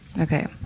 Okay